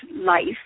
life